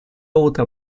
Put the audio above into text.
утро